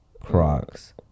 Crocs